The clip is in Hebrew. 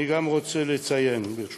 אני גם רוצה לציין, ברשותכם: